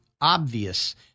obvious